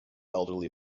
elderly